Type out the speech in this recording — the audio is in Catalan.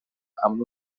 amb